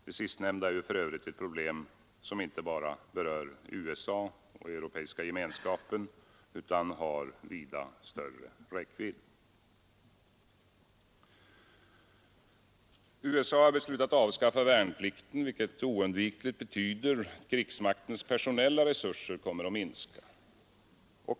Det sistnämnda är ju för övrigt ett problem som inte bara berör USA och EG utan har vida större räckvidd. USA har beslutat avskaffa värnplikten, vilket oundvikligen betyder att krigsmaktens personella resurser kommer att minska.